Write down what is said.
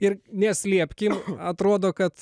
ir neslėpkim atrodo kad